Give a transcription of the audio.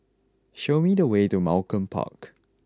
show me the way to Malcolm Park